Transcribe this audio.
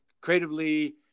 creatively